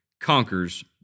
conquers